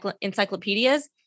encyclopedias